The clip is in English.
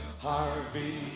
Harvey